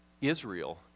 Israel